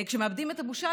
כשמאבדים את הבושה,